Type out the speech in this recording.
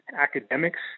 academics